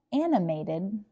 animated